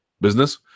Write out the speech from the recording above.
business